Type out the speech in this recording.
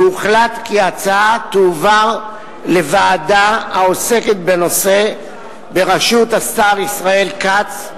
והוחלט כי ההצעה תועבר לוועדה העוסקת בנושא בראשות השר ישראל כץ,